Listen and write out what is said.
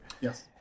Yes